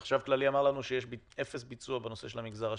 והחשב הכללי אמר לנו שיש אפס ביצוע בנושא של המגזר השלישי,